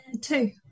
two